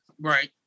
right